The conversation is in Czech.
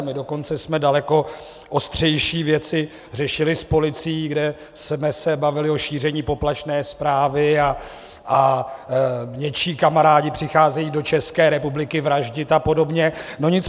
My dokonce jsme daleko ostřejší věci řešili s policií, kde jsme se bavili o šíření poplašné zprávy, a něčí kamarádi přicházejí do České republiky vraždit apod., no nic.